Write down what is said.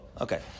Okay